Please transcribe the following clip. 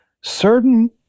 certain